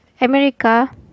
America